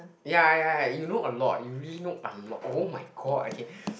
ya ya ya you know a lot you really know a lot oh-my-god okay